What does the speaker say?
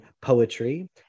poetry